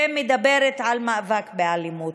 ומדברת על מאבק באלימות.